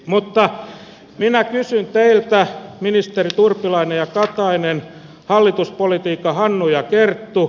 mutta minä kysyn teiltä ministerit urpilainen ja katainen hallituspolitiikan hannu ja kerttu